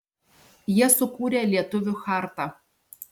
jie sukūrė lietuvių chartą